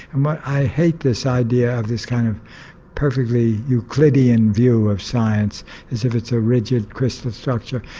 and but i hate this idea of this kind of perfectly euclidean view of science as if it's a rigid crystal structure,